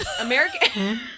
American